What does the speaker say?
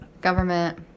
Government